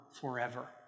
forever